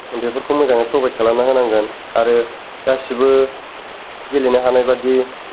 बेफोरखौ मोजाङै प्रबाइद खालामना होनांगोन आरो गासिबो गेलेनो हानायबादि